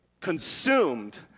consumed